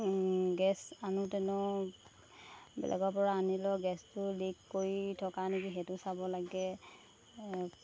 gas আনোতেনো বেলেগৰ পৰা আনি লওঁ গেছটো লিক কৰি থকা নেকি সেইটো চাব লাগে